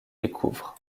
découvrent